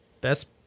best